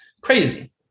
Crazy